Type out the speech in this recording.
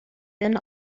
been